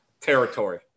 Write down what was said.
territory